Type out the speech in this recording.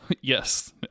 Yes